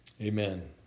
amen